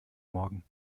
morgen